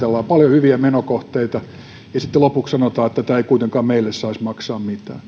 hyviä menokohteita ja sitten lopuksi sanotaan että tämä ei kuitenkaan meille saisi maksaa mitään mitä tulee tähän